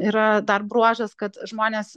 yra dar bruožas kad žmonės